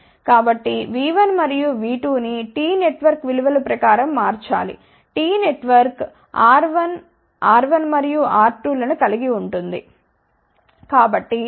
కాబట్టి V1మరియు V2 ని T నెట్వర్క్ విలువల ప్రకారం మార్చాలి ఈ నెట్వర్క్ R1R1 మరియు R2 లను కలిగి ఉంటుంది